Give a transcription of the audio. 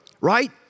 Right